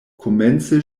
komence